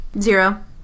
Zero